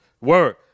Word